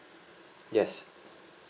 yes